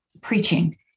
preaching